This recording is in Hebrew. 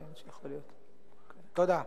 תודה,